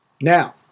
Now